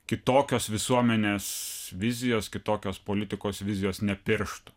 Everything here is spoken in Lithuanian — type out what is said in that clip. kitokios visuomenės vizijos kitokios politikos vizijos nepirštų